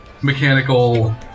mechanical